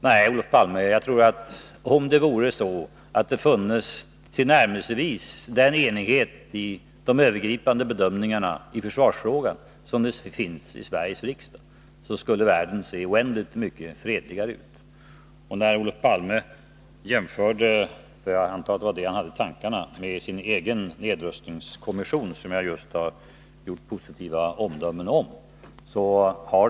Nej, Olof Palme, jag tror att om det funnes tillnärmelsevis den enighet i de övergripande bedömningarna i försvarsfrågan som finns i Sveriges riksdag, skulle världen se oändligt mycket fredligare ut. Jag antar att det var jämförelsen med sin egen nedrustningskommission, som jag just har givit positiva omdömen om, som Olof Palme hade i tankarna.